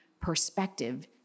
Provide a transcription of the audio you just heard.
perspective